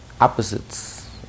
Opposites